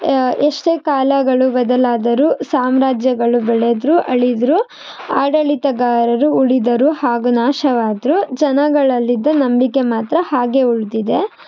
ಎಷ್ಟೇ ಕಾಲಗಳು ಬದಲಾದರೂ ಸಾಮ್ರಾಜ್ಯಗಳು ಬೆಳೆದರೂ ಅಳಿದರೂ ಆಡಳಿತಗಾರರು ಉಳಿದರೂ ಹಾಗೂ ನಾಶವಾದರೂ ಜನಗಳಲ್ಲಿದ್ದ ನಂಬಿಕೆ ಮಾತ್ರ ಹಾಗೇ ಉಳಿದಿದೆ